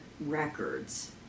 records